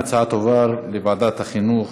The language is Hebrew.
ההצעה תועבר לוועדת החינוך,